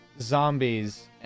zombies